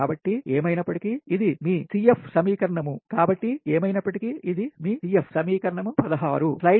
కాబట్టి ఏమైనప్పటికీ ఇది మీ CF సమీకరణం 16